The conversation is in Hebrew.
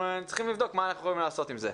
צריכים לבדוק מה אנחנו יכולים לעשות עם זה.